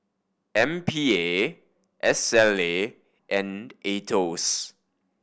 M P A S L A and Aetos